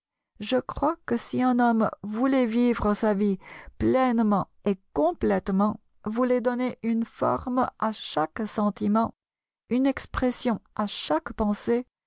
je crois que si un homme voulait vivre sa vie pleinement et complètement voulait donner une forme à chaque sentiment une expression à chaque pensée